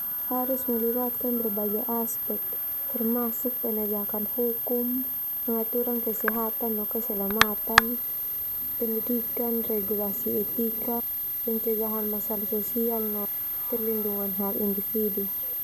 Harus melibatkan berbagai aspek termasuk penegakkan hukum, peraturan kesehatan no keselamatan, pendidikan, regulasi etika, pencegahan masalah sosial no perlindungan hak individu.